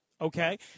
okay